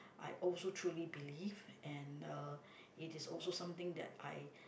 I also truly believe and uh it is also something that I